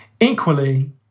Equally